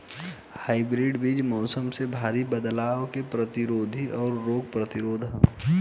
hybrid बीज मौसम में भारी बदलाव के प्रतिरोधी और रोग प्रतिरोधी ह